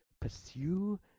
pursue